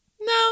no